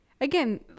again